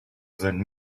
than